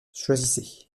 choisissez